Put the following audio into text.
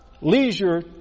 leisure